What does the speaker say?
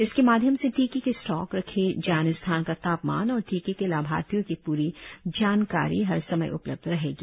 इसके माध्यम से टीके के स्टॉक रखे जाने स्थान का तापमान और टीके के लाभार्थियों की पूरी जानकारी हर समय उपलबध रहेगी